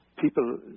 people